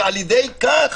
ועל-ידי כך